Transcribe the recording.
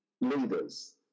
leaders